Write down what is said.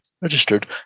registered